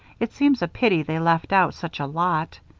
it seems a pity they left out such a lot.